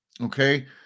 Okay